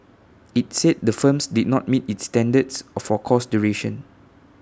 IT said the firms did not meet its standards or for course duration